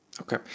okay